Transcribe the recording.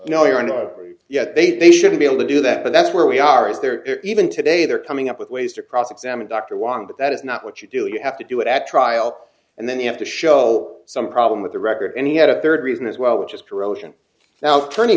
you know you are not yet they they should be able to do that but that's where we are is there even today they are coming up with ways to cross examine dr wong but that is not what you do you have to do it at trial and then you have to show some problem with the record and he had a third reason as well which is corrosion now turning